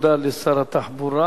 תודה לשר התחבורה.